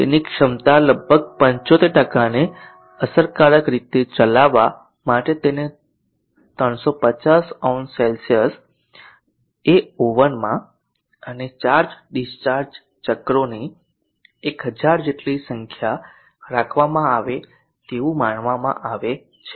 તેની ક્ષમતા લગભગ 75 ને અસરકારક રીતે ચલાવવા માટે તેને 350o C એ ઓવનમાં અને ચાર્જ ડિસ્ચાર્જ ચક્રોની 1000 જેટલી સંખ્યા રાખવામાં આવે તેવું માનવામાં આવે છે